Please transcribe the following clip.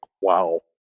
wow